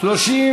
לא נתקבלה.